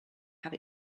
have